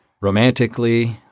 romantically